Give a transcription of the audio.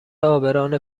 عابران